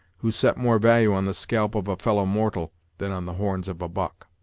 who set more value on the scalp of a fellow-mortal than on the horns of a buck.